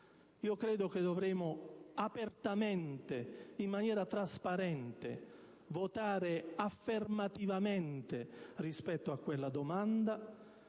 Io credo che dovremo apertamente, in maniera trasparente, votare affermativamente rispetto a quella domanda.